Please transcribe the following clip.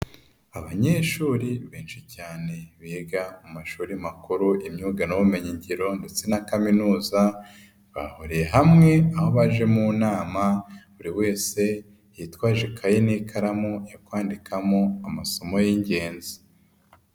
Abanyeshuri benshi cyane biga mashuri makuru imyuga n'ubumenyi ngiro ndetse na kaminuza, bahure hamwe aho baje mu nama buri wese yitwaje ikayi n'ikaramu yo kwandikamo amasomo y'ingenzi.